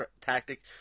tactic